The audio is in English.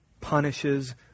punishes